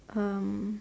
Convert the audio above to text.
um